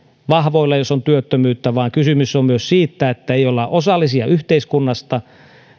vahvoilla jos on työttömyyttä vaan kysymys on myös siitä että ei olla osallisia yhteiskunnasta